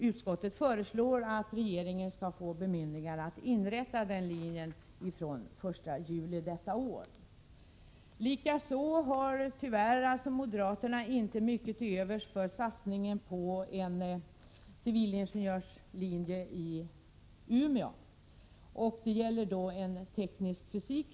Utskottet föreslår att regeringen skall få bemyndigande att inrätta den linjen den 1 juli detta år. Tyvärr har moderaterna inte heller mycket till övers för satsningen på en civilingenjörslinje i Umeå. Det gäller en linje för teknisk fysik.